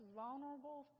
vulnerable